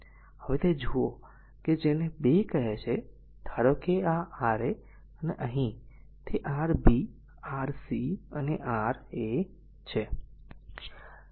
હવે તે જુઓ કે r જેને 2 કહે છે તે ધારો કે a a R a અને અહીં તે r Rb Rc Ra છે